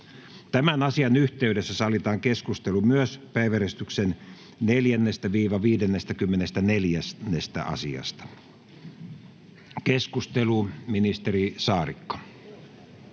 Tämän asian yhteydessä sallitaan keskustelu myös päiväjärjestyksen 4.—54. asiasta. — Keskustelu, ministeri Saarikko.